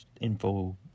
info